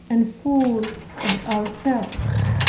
and full of ourselves!